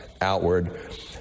outward